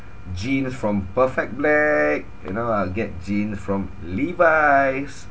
jeans from perfect black you know I'll get jeans from levi's